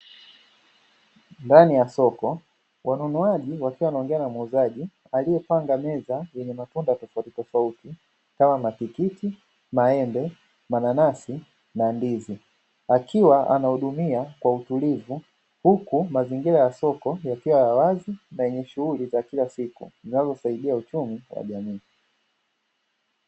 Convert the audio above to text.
Ndani ya soko, wanunuaji wakiwa wanaongea na muuzaji aliyepanga meza yenye matunda tofauti tofauti kama: matikiti, maembe, mananasi na ndizi; akiwa anahudumia kwa utulivu, huku mazingira ya soko yakiwa ya wazi na yenye shughuli za kila siku zinazosaidia uchumi kwa jamii.